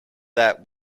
that